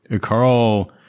Carl